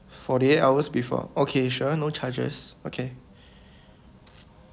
forty eight hours before okay sure no charges okay